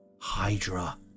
Hydra